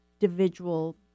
individual